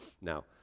Now